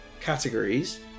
categories